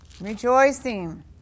Rejoicing